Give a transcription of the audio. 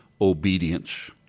obedience